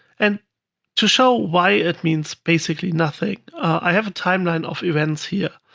and to show why it means basically nothing, i have a timeline of events here